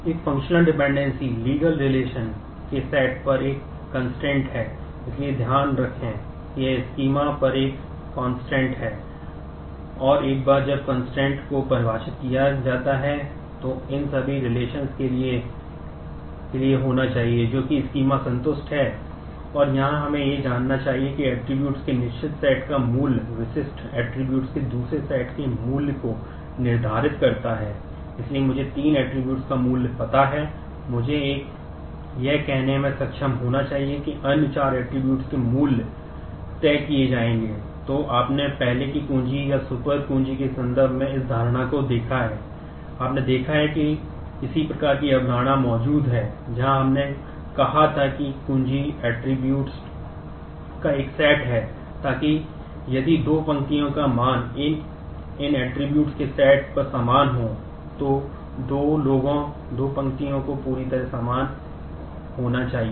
एक functional dependency पर समान हो तो दो लोगों दो पंक्तियों को पूरी तरह समान होना चाहिए